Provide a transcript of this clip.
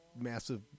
massive